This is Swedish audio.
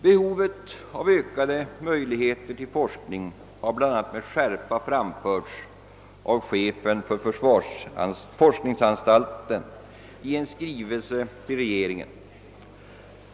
Behovet av ökade möjligheter till forskning har bl.a. med skärpa framförts av chefen för forskningsanstalten i en skrivelse till regeringen.